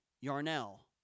Yarnell